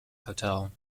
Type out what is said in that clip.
hotel